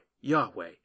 Yahweh